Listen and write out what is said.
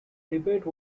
debate